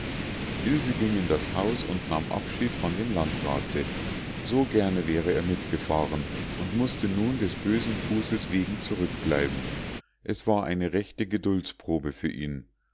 ilse ging in das haus und nahm abschied von dem landrate so gerne wäre er mitgefahren und mußte nun des bösen fußes wegen zurückbleiben es war eine rechte geduldsprobe für ihn